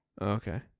Okay